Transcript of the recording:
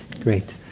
Great